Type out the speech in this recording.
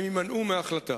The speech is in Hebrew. הם יימנעו מהחלטה.